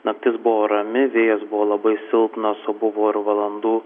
naktis buvo rami vėjas buvo labai silpnas buvo ir valandų